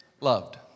loved